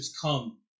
come